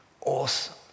awesome